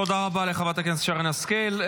תודה רבה לחברת הכנסת שרן השכל.